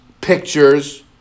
pictures